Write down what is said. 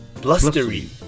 Blustery